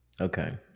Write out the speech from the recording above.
okay